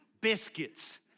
biscuits